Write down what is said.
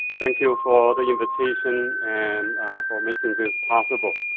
thank you for the invitation and for making this possible.